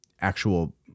actual